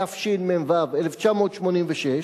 התשמ"ו 1986,